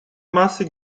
masy